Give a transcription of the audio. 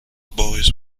boys